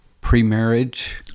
pre-marriage